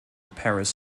paris